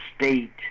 state